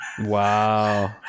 wow